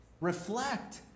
reflect